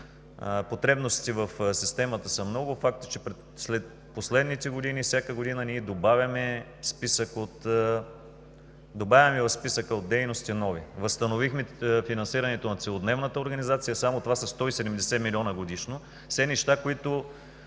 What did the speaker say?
Потребностите в системата са много. Факт е, че през последните години всяка година добавяме в списъка от дейности нови. Възстановихме финансирането на целодневната организация – само това са 170 милиона годишно, все неща, които